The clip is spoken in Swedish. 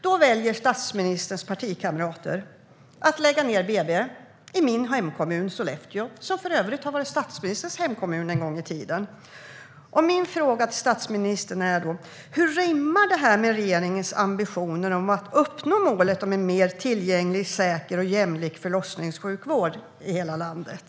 Då väljer statsministerns partikamrater att lägga ned BB i min hemkommun Sollefteå, som för övrigt har varit statsministerns hemkommun en gång i tiden. Hur rimmar det med regeringens ambitioner om att uppnå målet om en mer tillgänglig, säker och jämlik förlossningssjukvård i hela landet?